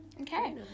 okay